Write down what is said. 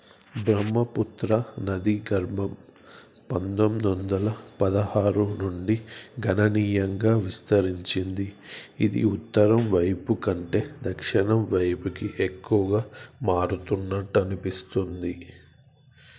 బ్రహ్మపుత్ర నదీకర్మం పంతొమ్మిది వందల పదహారు నుండి గణనీయంగా విస్తరించింది ఇది ఉత్తరం వైపు కంటే దక్షిణం వైపుకి ఎక్కువగా మారుతున్నట్టు అనిపిస్తుంది